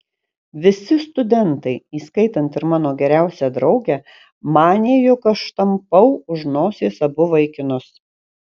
visi studentai įskaitant ir mano geriausią draugę manė jog aš tampau už nosies abu vaikinus